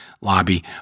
lobby